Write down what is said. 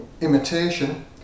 imitation